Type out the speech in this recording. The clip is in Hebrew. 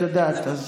אז את יודעת.